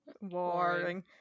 Warring